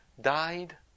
died